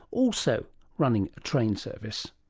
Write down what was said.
also running a train service?